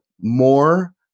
more